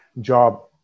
job